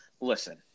Listen